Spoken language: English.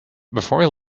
before